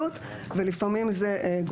לפעמים זה בעלות,